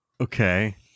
Okay